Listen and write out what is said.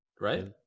right